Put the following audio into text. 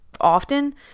often